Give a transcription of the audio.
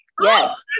Yes